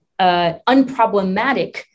unproblematic